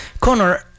Connor